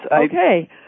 Okay